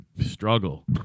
struggle